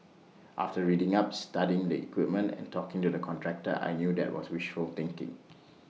after reading up studying the equipment and talking to the contractor I knew that was wishful thinking